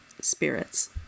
spirits